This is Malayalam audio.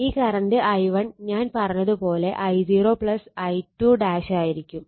ഈ കറണ്ട് I1 ഞാൻ പറഞ്ഞത് പോലെ I0 I2 ആയിരിക്കും